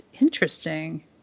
interesting